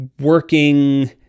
working